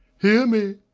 hear me!